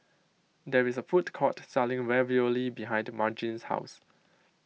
there is a food court selling Ravioli behind Margene's house